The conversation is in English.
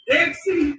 Dixie